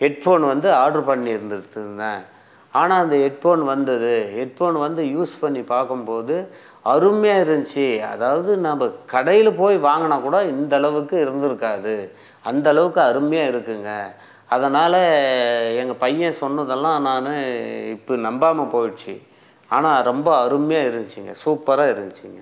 head phone வந்து order பண்ணிருந் தேன் ஆனால் அந்த ஹெட் ஃபோன் வந்துது ஹெட் ஃபோன் வந்து யூஸ் பண்ணி பார்க்கும் போது அருமையாக இருந்துச்சு அதாவது நம்ப கடையில் போய் வாங்கினா கூட இந்த அளவுக்கு இருந்துருக்காது அந்த அளவுக்கு அருமையாக இருக்குங்க அதனால் எங்கள் பையன் சொன்னதெல்லாம் நான் இப்போ நம்பாமல் போயிச்சு ஆனால் ரொம்ப அருமையாக இருந்துச்சிங்க சூப்பராக இருந்துச்சிங்க